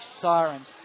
Sirens